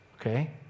Okay